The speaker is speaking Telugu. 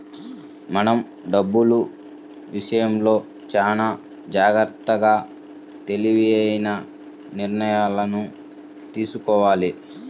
మనం డబ్బులు విషయంలో చానా జాగర్తగా తెలివైన నిర్ణయాలను తీసుకోవాలి